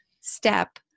step